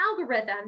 algorithm